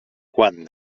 quan